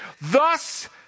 thus